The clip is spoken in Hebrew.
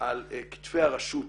על כתפי הרשות.